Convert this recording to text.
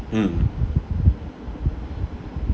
mm